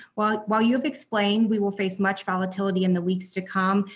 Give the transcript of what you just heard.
well, while you've explained we will face much volatility in the weeks to come,